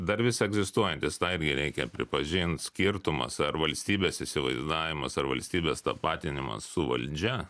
dar vis egzistuojantis tą irgi reikia pripažint skirtumas ar valstybės įsivaizdavimas ar valstybės tapatinimas su valdžia